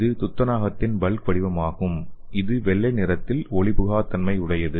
இது துத்தநாகத்தின் பல்க் வடிவமாகும் இது வெள்ளை நிறத்தில் ஒளிபுகா தன்மை உடையது